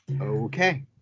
Okay